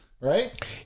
Right